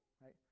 right